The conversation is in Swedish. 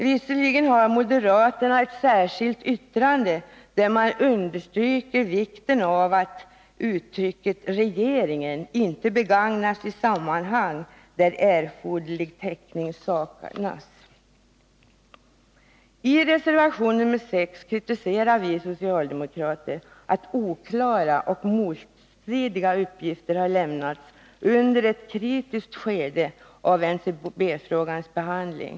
Moderaterna har förstås avgivit ett särskilt yttrande, där de understryker vikten av att uttrycket ”regeringen” inte begagnas i sammanhang där erforderlig täckning saknas. I reservation nr'6 kritiserar vi socialdemokrater att oklara och motstridiga uppgifter har lämnats under ett kritiskt skede av NCB-frågans behandling.